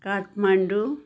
Kathmandu